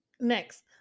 next